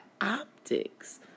optics